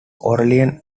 orleans